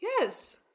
Yes